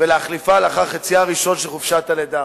ולהחליפה לאחר חציה הראשון של חופשת הלידה.